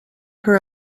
her